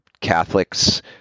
Catholics